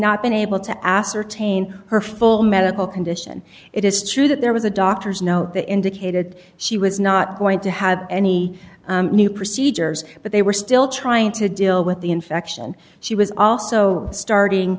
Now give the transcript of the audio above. not been able to ascertain her full medical condition it is true that there was a doctor's note that indicated she was not going to have any new procedures but they were still trying to deal with the infection she was also starting